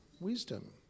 wisdom